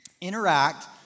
interact